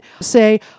say